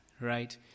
right